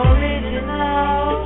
Original